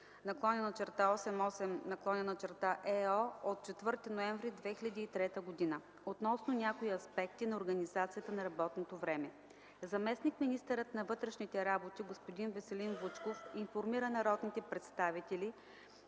парламент и на Съвета 2003/88/ЕО от 4 ноември 2003 г. относно някои аспекти на организацията на работното време. Заместник-министърът на вътрешните работи господин Веселин Вучков информира народните представители